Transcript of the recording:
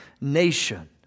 nation